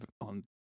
on